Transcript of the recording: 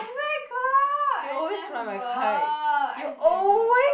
where got I never I never